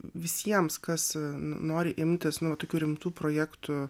visiems kas nori imtis tokių rimtų projektų